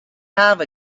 have